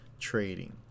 trading